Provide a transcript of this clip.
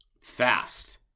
fast